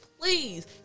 please